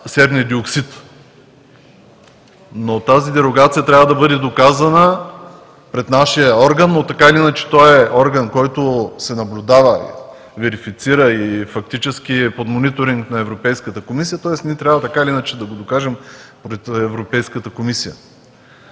серния диоксид. Тази дерогация трябва да бъде доказана пред нашия орган, но, така или иначе, той е орган, който се наблюдава, верифицира и фактически и под мониторинг на Европейската комисия, тоест ние трябва, така или иначе, да го докажем пред Европейската комисия,